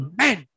Amen